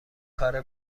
کار